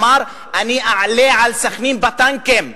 אמר: אני אעלה על סח'נין בטנקים.